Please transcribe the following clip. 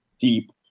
deep